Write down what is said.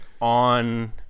on